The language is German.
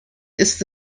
ist